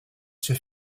sait